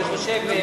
אני חושב,